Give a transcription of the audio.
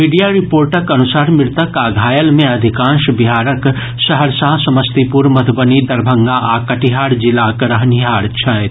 media रिर्पोटक अनुसार मृतक आ घायल मे अधिकांश बिहारक सहरसा समस्तीपुर मधुबनी दरभंगा आ कटिहार जिलाक रहनिहार छथि